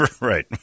Right